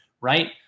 right